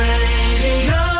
Radio